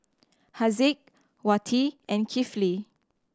Haziq Wati and Kifli